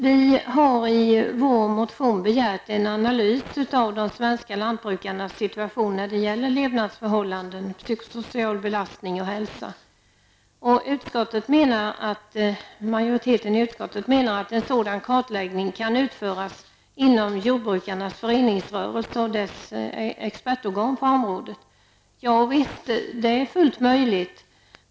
Vi har i vår motion begärt en analys av de svenska lantbrukarnas situation när det gäller levnadsförhållanden, psykosocial belastning och hälsa. Majoriteten i utskottet menar att en sådan kartläggning kan utföras inom jordbrukarnas föreningsrörelse och dess expertorgan på området. Ja visst, det är fullt möjligt.